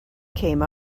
came